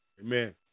Amen